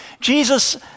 Jesus